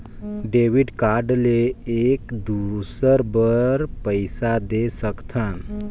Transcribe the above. Debit card ले एक दुसर बार पइसा दे सकथन?